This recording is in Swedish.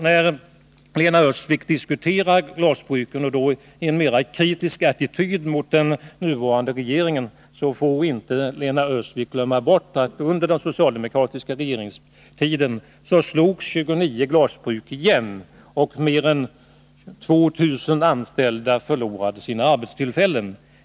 När Lena Öhrsvik diskuterar glasbruken med en mera kritisk attityd till den nuvarande regeringen får hon inte glömma bort att under den socialdemokratiska regeringstiden slogs 29 glasbruk igen och förlorade mer än 2 000 anställda sina arbetstillfällen.